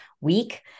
week